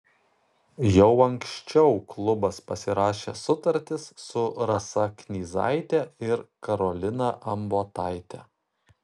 jau anksčiau klubas pasirašė sutartis su rasa knyzaite ir karolina ambotaite